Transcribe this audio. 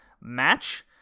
match